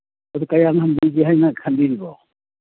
ꯑꯗꯨ ꯀꯌꯥꯝ ꯍꯟꯕꯤꯒꯦ ꯍꯥꯏꯅ ꯈꯟꯕꯤꯔꯤꯅꯣ